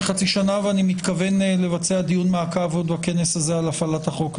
ואני מתכוון לבצע דיון מעקב עוד בכנס הזה על הפעלת החוק.